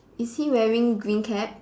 is he wearing green cap